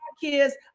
kids